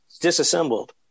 disassembled